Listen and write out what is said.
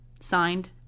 Signed